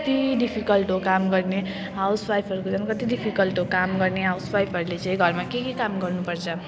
कति डिफिकल्ट हो काम गर्ने हाउसवाइफहरूको झन् कति डिफिकल्ट हो काम गर्ने हाउसवाइफहरूले चाहिँ घरमा के के काम गर्नुपर्छ